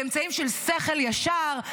באמצעים של שכל ישר,